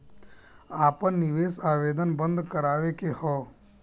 आपन निवेश आवेदन बन्द करावे के हौ?